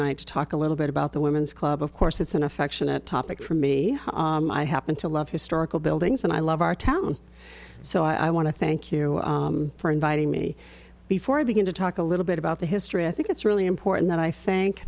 tonight to talk a little bit about the women's club of course it's an affectionate topic for me i happen to love historical buildings and i love our town so i want to thank you for inviting me before i begin to talk a little bit about the history i think it's really important that i think